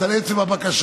וגם על עצם הבקשה.